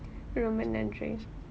ரொம்ப நன்றி:romba nandri